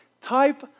type